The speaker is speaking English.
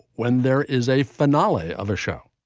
when there is a finale. other show,